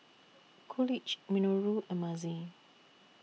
Coolidge Minoru and Mazie